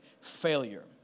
failure